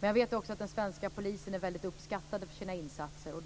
Man jag vet också att den svenska polisen är väldigt uppskattad för sina insatser.